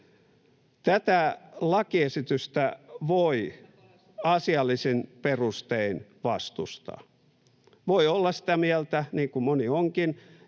välihuuto] asiallisin perustein vastustaa. Voi olla sitä mieltä, niin kuin moni onkin,